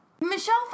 Michelle